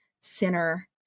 sinner